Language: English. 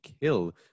kill